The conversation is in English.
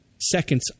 seconds